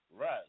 Right